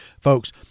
folks